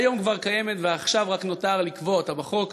שהיום כבר קיימת ועכשיו רק נותר לקבוע אותה בחוק.